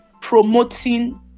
promoting